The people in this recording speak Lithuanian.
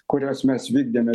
kurias mes vykdėme